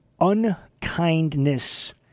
unkindness